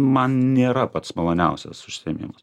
man nėra pats maloniausias užsiėmimas